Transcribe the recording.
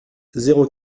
zéro